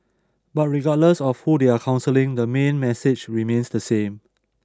but regardless of who they are counselling the main message remains the same